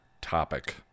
topic